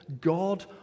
God